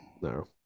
No